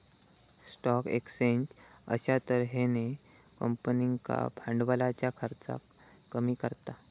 stock exchange अश्या तर्हेन कंपनींका भांडवलाच्या खर्चाक कमी करता